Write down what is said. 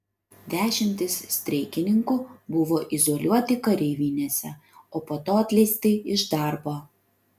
dešimtys streikininkų buvo izoliuoti kareivinėse o po to atleisti iš darbo